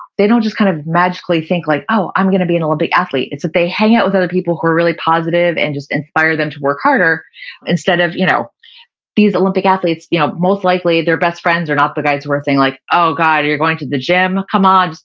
they don't just kind of magically think like oh, i'm going to be an olympic athlete. it's that they hang out with other people who are really positive and just inspire them to work harder instead of you know these olympic athletes, you know most likely their best friends are not the guys who are saying, like oh god, you're going to the gym? come on.